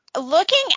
looking